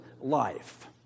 life